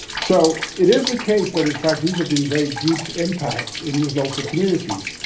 so, it is the case that, in fact, these have been very deep impacts in these local communities.